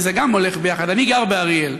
וזה גם הולך ביחד: אני גר באריאל.